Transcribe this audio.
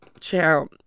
child